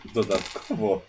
dodatkowo